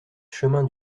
chemin